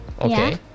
okay